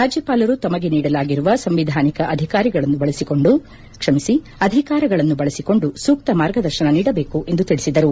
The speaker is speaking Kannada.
ರಾಜ್ಯಪಾಲರು ತಮಗೆ ನೀಡಲಾಗಿರುವ ಸಂವಿಧಾನಿಕ ಅಧಿಕಾರಗಳನ್ನು ಬಳಸಿಕೊಂಡು ಸೂಕ್ತ ಮಾರ್ಗದರ್ಶನ ನೀಡಬೇಕು ಎಂದು ತಿಳಿಸಿದರು